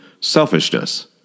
selfishness